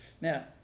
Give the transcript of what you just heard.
Now